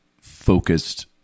focused